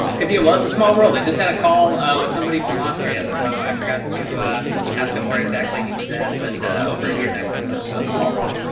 could do well it's a small world. i just had a call with somebody from austria so i forgot to ask him where exactly he was at but over in your neck of the woods so small world.